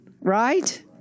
Right